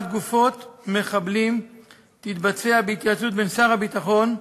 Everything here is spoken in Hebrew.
גופות מחבלים תתבצע בהתייעצות בין שר הביטחון,